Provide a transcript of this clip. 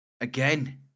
again